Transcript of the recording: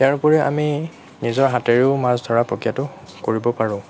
ইয়াৰ উপৰিও আমি নিজৰ হাতেৰেও মাছ ধৰা প্ৰক্ৰিয়াটো কৰিব পাৰোঁ